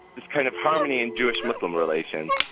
this kind of harmony in jewish-muslim relations